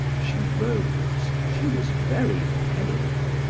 she rose, she was very pale.